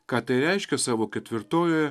ką tai reiškia savo ketvirtojoje